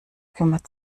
kümmert